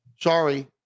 sorry